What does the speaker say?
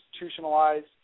institutionalized